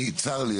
אני צר לי,